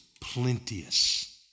plenteous